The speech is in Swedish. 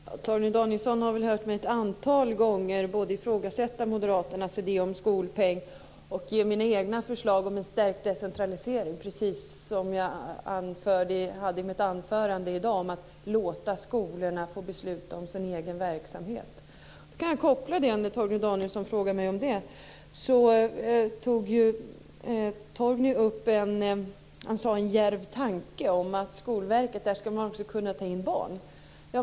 Fru talman! Torgny Danielsson har väl hört mig ett antal gånger både ifrågasätta moderaternas idé om skolpeng och redogöra för mina egna förslag om en stärkt decentralisering. Jag talade i mitt anförande tidigare här i dag om att man borde låta skolorna få besluta om sig egen verksamhet. Torgny Danielsson hade en djärv tanke om att Skolverket också skulle kunna ta in barn.